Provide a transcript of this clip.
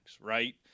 right